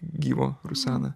gyvo rusena